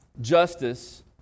Justice